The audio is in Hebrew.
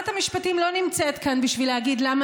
שרת המשפטים לא נמצאת כאן בשביל להגיד למה